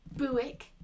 Buick